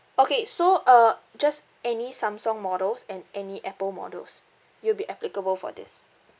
okay so uh just any Samsung models and any apple models you'll be applicable for this